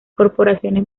corporaciones